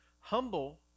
Humble